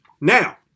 Now